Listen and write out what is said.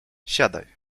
siadaj